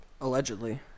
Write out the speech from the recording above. Allegedly